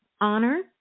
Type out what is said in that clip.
honor